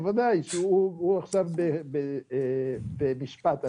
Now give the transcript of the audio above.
דיברת עכשיו על שנת התקציב הקרובה והדיונים שמתחילים,